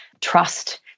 trust